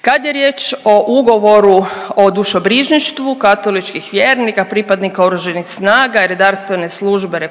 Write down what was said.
Kad je riječ o ugovoru o dušobrižništvu katoličkih vjernika, pripadnika Oružanih snaga i Redarstvene službe RH,